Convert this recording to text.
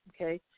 Okay